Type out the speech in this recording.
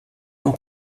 não